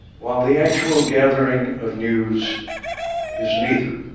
while the actual gathering of news is neither.